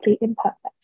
imperfect